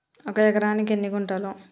ఒక ఎకరానికి ఎన్ని గుంటలు?